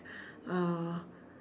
uh